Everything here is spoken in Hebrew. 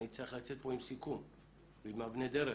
אני צריך לצאת כאן עם סיכום ועם אבני דרך.